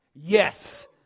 Yes